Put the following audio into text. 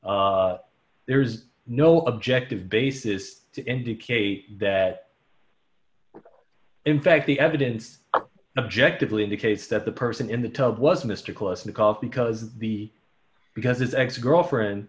there is no objective basis to indicate that in fact the evidence objective lee indicates that the person in the tub was mr cause of the cough because the because his ex girlfriend